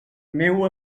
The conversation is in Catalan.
meua